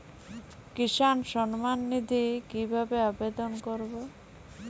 কিষান সম্মাননিধি কিভাবে আবেদন করব?